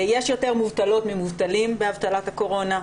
יש יותר מובטלות ממובטלים באבטלת הקורונה.